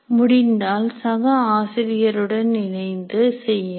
முடிந்தால் சக ஆசிரியருடன் இணைந்து செய்யுங்கள்